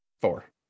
Four